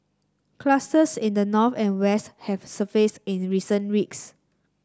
clusters in the north and west have surfaced in recent weeks